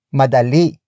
madali